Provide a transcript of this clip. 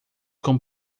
com